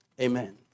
Amen